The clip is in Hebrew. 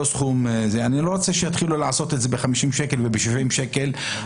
אני לא רוצה שיתחילו לעשות אישור נוטריון ב-50 שקלים וב-70 שקלים.